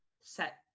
set